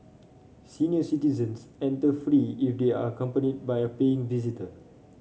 senior citizens enter free if they are accompanied by a paying visitor